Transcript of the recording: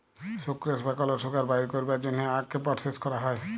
sucrose বা কল sugar বাইর ক্যরার জ্যনহে আখকে পরসেস ক্যরা হ্যয়